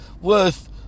worth